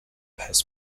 has